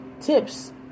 tips